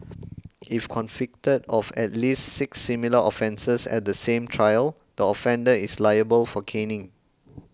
if convicted of at least six similar offences at the same trial the offender is liable for caning